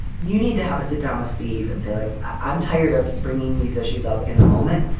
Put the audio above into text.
you need to have a sit down with steve and say, like, i'm tired of bringing these issues up in the moment.